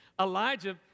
Elijah